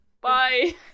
Bye